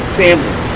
family